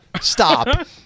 Stop